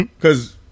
cause